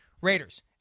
Raiders